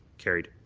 carried.